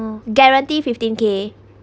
uh guarantee fifteen K